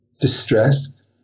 distressed